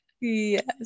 Yes